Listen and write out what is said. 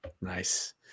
Nice